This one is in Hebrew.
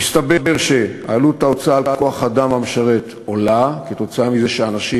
הסתבר שעלות ההוצאה על כוח-האדם המשרת עולה כתוצאה מזה שאנשים